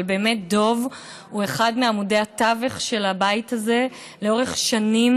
אבל באמת דב הוא אחד מעמודי התווך של הבית הזה לאורך שנים.